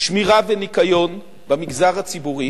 שמירה וניקיון במגזר הציבורי